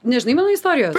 nežinai mano istorijos